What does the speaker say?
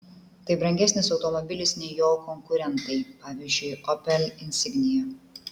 tai brangesnis automobilis nei jo konkurentai pavyzdžiui opel insignia